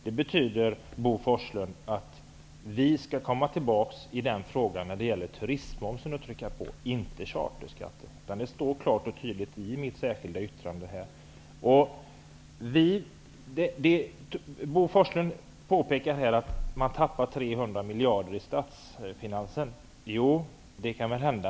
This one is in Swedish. Det betyder, Bo Forslund, att Ny demokrati skall komma tillbaka för att trycka på i frågan om turistmomsen, inte i frågan om charterskatten. Det står klart och tydligt i mitt särskilda yttrande. Bo Forslund påpekar att man förlorar 300 miljoner kronor i statsfinanser. Det kan väl hända.